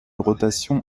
rotation